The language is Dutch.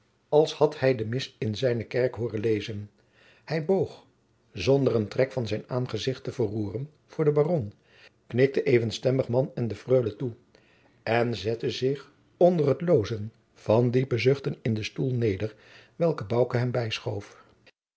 als had hij de mis in zijne kerk hooren lezen hij boog zonder een trek van zijn aangezicht te verroeren voor den baron knikte even stemmig man en de freule toe en zettede zich onder het loozen van diepe zuchten in den stoel neder welken bouke hem